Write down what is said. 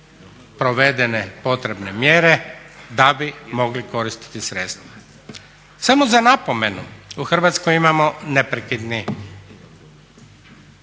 provedene potrebne mjere da bi mogli koristiti sredstava. Samo za napomenu, u Hrvatskoj imamo neprekidni